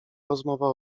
rozmowa